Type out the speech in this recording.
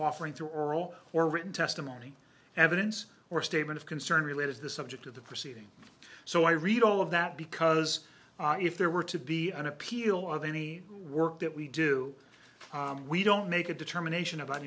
offering through oral or written testimony evidence or statement of concern related to the subject of the proceeding so i read all of that because if there were to be an appeal of any work that we do we don't make a determination about